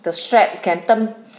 the straps can turn